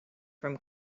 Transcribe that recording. from